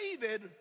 David